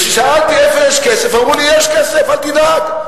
כששאלתי איפה יש כסף, אמרו לי: יש כסף, אל תדאג.